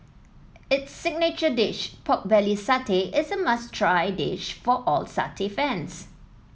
its signature dish pork belly satay is a must try dish for all satay fans